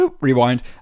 rewind